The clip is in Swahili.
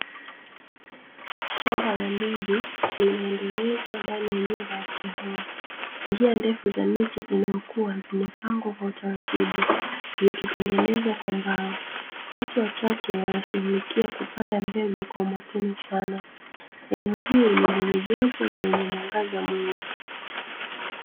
Shamba la mbegu linaendelezwa ndani ya nyumba ya kioo, njia ndefu za miche inayokua zimepangwa kwa utaratibu zikitengenezwa kwa mbao, watu wachache wanashughulikia kupanda mbegu kwa makini sana. Eneo hili ni lenye joto na lenye mwanganza mwingi.